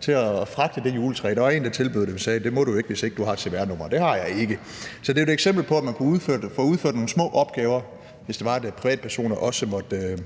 til at fragte det juletræ. Der var en, der tilbød det, men sagde: Det må du ikke, hvis ikke du har et cvr-nummer – og det har jeg ikke. Så det er jo et eksempel på, at man kunne få udført nogle små opgaver, hvis det var sådan, at privatpersoner også måtte